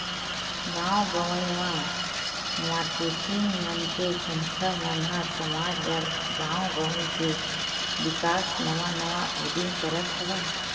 गाँव गंवई म मारकेटिंग मन के संस्था मन ह समाज बर, गाँव गवई के बिकास नवा नवा उदीम करत हवय